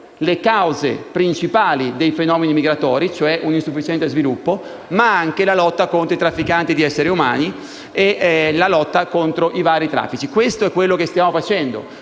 le cause principali dei fenomeni migratori: un insufficiente sviluppo, ma anche la lotta contro i trafficanti di esseri umani e contro traffici di vario genere. Questo è quanto stiamo facendo